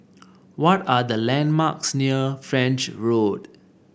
what are the landmarks near French Road